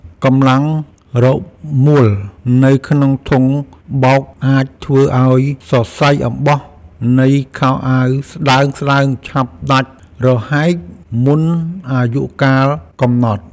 កម្លាំងរមួលនៅក្នុងធុងបោកអាចធ្វើឱ្យសរសៃអំបោះនៃខោអាវស្តើងៗឆាប់ដាច់រហែកមុនអាយុកាលកំណត់។